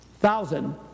thousand